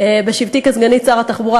בשבתי כסגנית שר התחבורה,